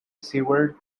seward